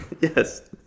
Yes